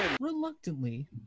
reluctantly